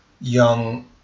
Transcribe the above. young